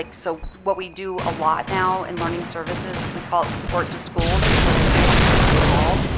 like so what we do a lot now in learning services is, we call it support to schools. and so schools will just call.